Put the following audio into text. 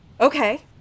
Okay